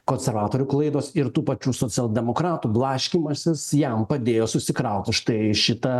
konservatorių klaidos ir tų pačių socialdemokratų blaškymasis jam padėjo susikrauti štai šitą